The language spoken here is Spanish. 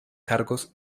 cargos